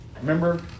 remember